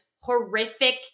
horrific